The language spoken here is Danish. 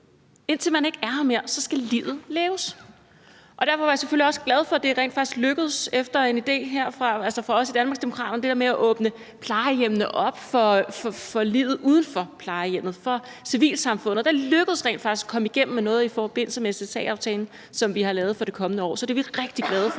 Indtil man ikke er mere, skal livet leves. Derfor var jeg selvfølgelig også glad for, at det rent faktisk lykkedes – efter en idé fra os i Danmarksdemokraterne – at åbne plejehjemmene op for livet uden for plejehjemmene, for civilsamfundet. Det lykkedes rent faktisk at komme igennem med noget i forbindelse med SSA-aftalen, som vi har lavet for det kommende år. Så det er vi rigtig glade for